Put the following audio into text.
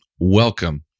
Welcome